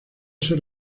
ser